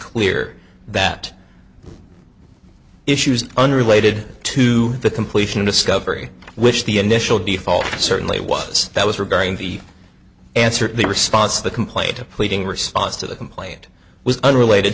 clear that issues unrelated to the completion of discovery which the initial d fault certainly was that was regarding the answer to the response the complaint to pleading response to the complaint was unrelated